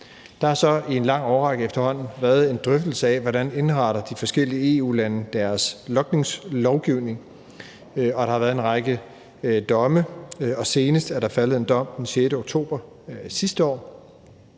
Der har så i efterhånden en lang årrække været en drøftelse af, hvordan de forskellige EU-lande indretter deres logningslovgivning, og der har været en række domme, og senest er der den 6. oktober sidste år